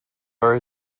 are